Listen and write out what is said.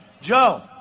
Joe